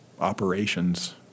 operations